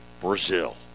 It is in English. Brazil